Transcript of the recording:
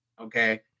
okay